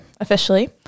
officially